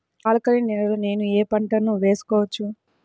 Alkaline నేలలో నేనూ ఏ పంటను వేసుకోవచ్చు?